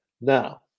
Now